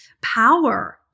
power